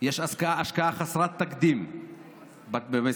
יש השקעה חסרת תקדים במשרדים,